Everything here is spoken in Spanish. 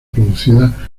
producidas